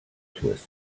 twists